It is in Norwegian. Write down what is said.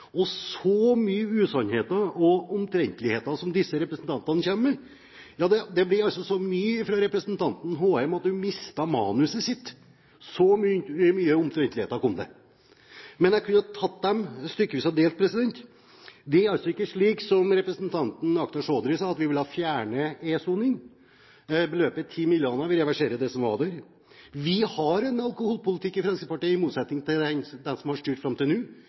blir så mye fra representanten Håheim at hun mister manuset sitt – så mange omtrentligheter kom det. Jeg kan ta dem stykkevis og delt. Det er altså ikke slik som representanten Akhtar Chaudhry sa, at vi vil fjerne elektronisk soning. Beløpet er 10 mill. kr – vi reverserer det som er der. Vi har en alkoholpolitikk i Fremskrittspartiet, i motsetning til dem som har styrt fram til nå,